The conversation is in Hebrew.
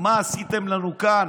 מה עשיתם לנו כאן